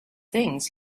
things